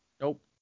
Nope